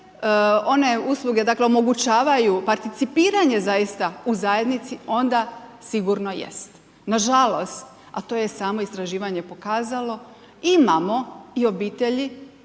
one usluge, dakle omogućavaju participiranje zaista u zajednici, onda sigurno jest. Nažalost, a to je samo istraživanje pokazalo, imamo i obitelji